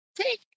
Take